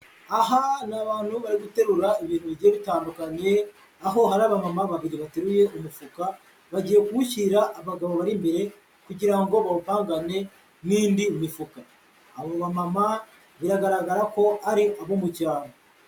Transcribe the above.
Aha ni abantu bari guterura ibintu bigiye bitandukanye, aho hari abamama babiri bateruye umufuka bagiye kuwushyira abagabo bari imbere kugira ngo bawupangane n'indi mifuka, abo bamama biragaragara ko ari abo mucyaro.